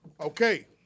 Okay